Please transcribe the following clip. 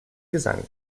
gesang